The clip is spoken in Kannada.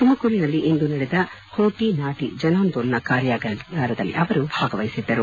ತುಮಕೂರಿನಲ್ಲಿ ಇಂದು ನಡೆದ ಕೋಟಿ ನಾಟಿ ಜನಾಂದೋಲನ ಕಾರ್ಯಾಗಾರದಲ್ಲಿ ಅವರು ಭಾಗವಹಿಸಿದ್ದರು